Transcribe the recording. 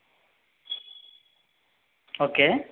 okay